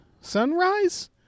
sunrise